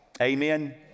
Amen